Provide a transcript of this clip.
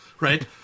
right